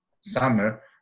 summer